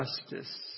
justice